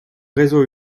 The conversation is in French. réseau